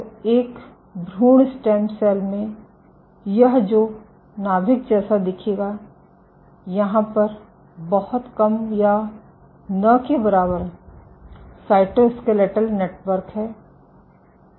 तो एक भ्रूण स्टेम सेल में यह जो नाभिक जैसा दिखेगा यहाँ पर बहुत कम या न के बराबर साइटोस्केलेटल नेटवर्क है